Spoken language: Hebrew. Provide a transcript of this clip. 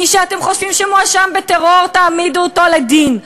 מי שאתם חושבים שמואשם בטרור, תעמידו אותו לדין.